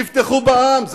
תבטחו בעם,